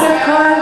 חבר הכנסת כהן.